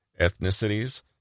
ethnicities